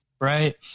right